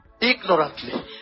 ignorantly